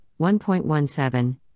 1.17